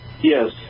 yes